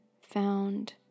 found